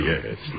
Yes